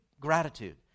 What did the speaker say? gratitude